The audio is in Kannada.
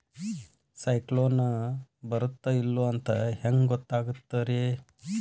ಸೈಕ್ಲೋನ ಬರುತ್ತ ಇಲ್ಲೋ ಅಂತ ಹೆಂಗ್ ಗೊತ್ತಾಗುತ್ತ ರೇ?